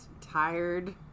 tired